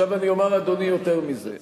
עכשיו אני אומר לאדוני יותר מזה.